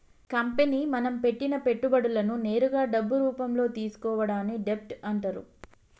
company మనం పెట్టిన పెట్టుబడులను నేరుగా డబ్బు రూపంలో తీసుకోవడాన్ని డెబ్ట్ అంటరు